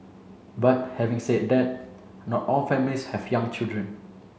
but having said that not all families have young children